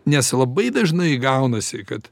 nes labai dažnai gaunasi kad